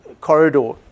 corridor